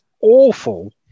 awful